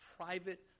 private